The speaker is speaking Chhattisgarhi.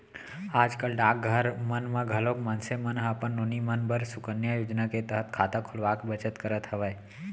आज कल डाकघर मन म घलोक मनसे मन ह अपन नोनी मन बर सुकन्या योजना के तहत खाता खोलवाके बचत करत हवय